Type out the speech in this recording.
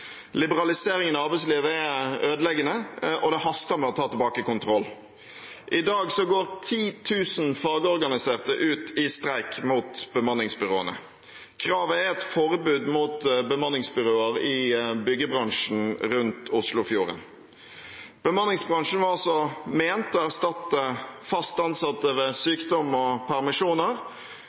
Liberaliseringen av arbeidslivet er ødeleggende, og det haster med å ta tilbake kontrollen. I dag går 10 000 fagorganiserte ut i streik mot bemanningsbyråene. Kravet er et forbud mot bemanningsbyråer i byggebransjen rundt Oslofjorden. Bemanningsbransjen var ment å skulle erstatte fast ansatte ved sykdom og permisjoner,